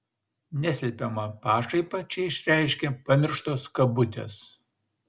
neslepiamą pašaipą čia išreiškia pamirštos kabutės